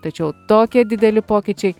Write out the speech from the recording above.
tačiau tokie dideli pokyčiai